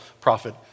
prophet